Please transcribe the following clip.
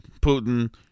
Putin